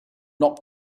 not